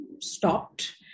stopped